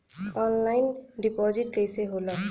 Online deposit कैसे होला?